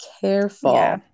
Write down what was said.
careful